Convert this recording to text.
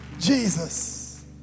Jesus